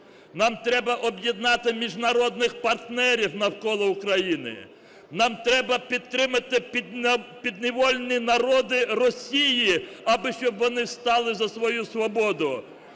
нам треба об'єднати міжнародних партнерів навколо України, нам треба підтримати підневільні народи Росії, аби щоб вони стали за свою свободу.